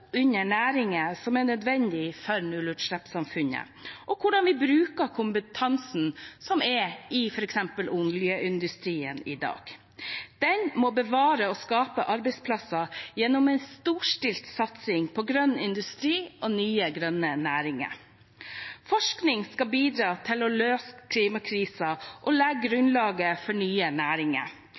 under næringer som er nødvendige for nullutslippssamfunnet, og hvordan vi bruker kompetansen som er i f.eks. oljeindustrien i dag. Den må bevare og skape arbeidsplasser gjennom en storstilt satsing på grønn industri og nye, grønne næringer. Forskning skal bidra til å løse klimakrisen og legge grunnlaget for nye næringer.